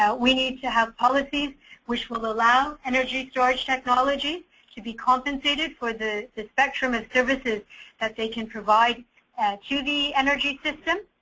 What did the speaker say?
um we need to have policies which will allow energy storage technology to be compensated for the spectrum and services that they can provide to the energy system